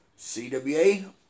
CWA